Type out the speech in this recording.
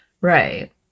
Right